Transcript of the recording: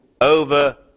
over